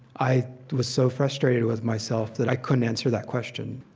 i was so frustrated with myself that i couldn't answer that question.